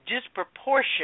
disproportion